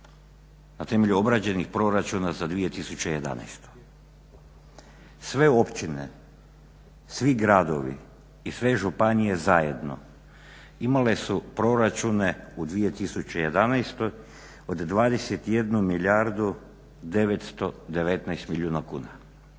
na temelju obrađenih proračuna za 2011. Sve općine, svi gradovi i sve županije zajedno imale su proračune u 2011. od 21 milijardu 919 milijuna kuna.